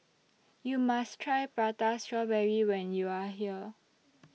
YOU must Try Prata Strawberry when YOU Are here